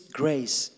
grace